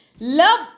Love